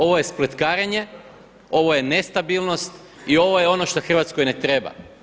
Ovo je spletkarenje, ovo je nestabilnost i ovo je ono šta Hrvatskoj ne treba.